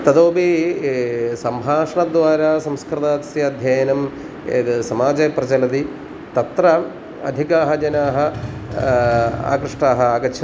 ततोपि सम्भाषणद्वारा संस्कृतस्य अध्ययनं यद् समाजे प्रचलति तत्र अधिकाः जनाः आकृष्टाः आगच्छन्ति